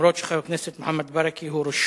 בעד, 14,